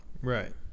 Right